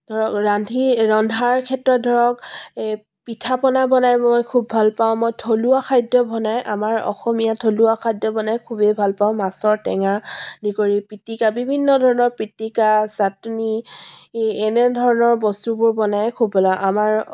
ধৰক ৰান্ধি ৰন্ধাৰ ক্ষেত্ৰত ধৰক এই পিঠা পনা বনাই মই খুব ভাল পাওঁ মই থলুৱা খাদ্য বনাই আমাৰ অসমীয়া থলুৱা খাদ্য বনাই খুবেই ভাল পাওঁ মাছৰ টেঙা আদি কৰি পিটিকা বিভিন্ন ধৰণৰ পিটিকা চাটনি এই এনেধৰণৰ বস্তুবোৰ বনাই খুব ভাল পাওঁ আমাৰ